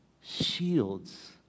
shields